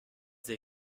they